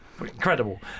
Incredible